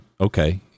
okay